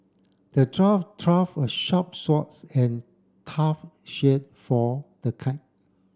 the a sharp swords and tough shield for the